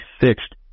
fixed